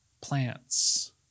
plants